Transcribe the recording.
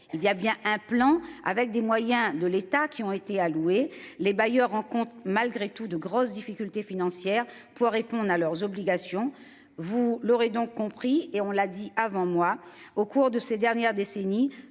il y a bien un plan avec des moyens de l'État qui ont été alloués. Les bailleurs en compte malgré tout de grosses difficultés financières pour répondre à leurs obligations. Vous l'aurez donc compris et on l'a dit avant moi. Au cours de ces dernières décennies.